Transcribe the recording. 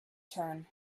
turn